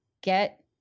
get